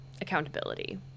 accountability